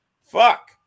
fuck